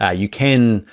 ah you can,